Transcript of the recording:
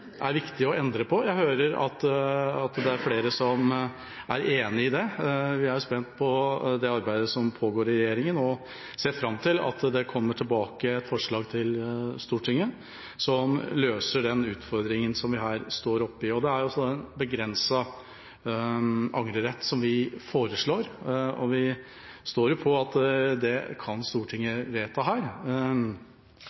som er enig i det. Vi er spent på arbeidet som pågår i regjeringa og ser fram til at det kommer tilbake forslag til Stortinget som løser den utfordringen vi her står oppe i. Det er også en begrenset angrerett vi foreslår, og vi står fast på at dette kan Stortinget